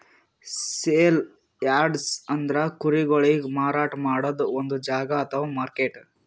sale yards ಅಂದ್ರ ಕುರಿಗೊಳಿಗ್ ಮಾರಾಟ್ ಮಾಡದ್ದ್ ಒಂದ್ ಜಾಗಾ ಅಥವಾ ಮಾರ್ಕೆಟ್